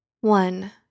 One